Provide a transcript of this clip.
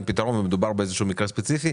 פתרון ושמדובר באיזשהו מקרה ספציפי,